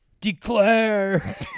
declare